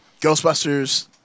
Ghostbusters